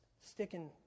sticking